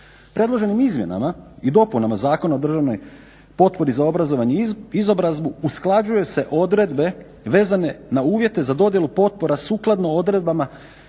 Predloženim izmjenama i dopunama zakona o državnoj potpori za obrazovanje i izobrazbu usklađuje se odredbe vezane na uvjete za dodjelu potpora sukladno odredbama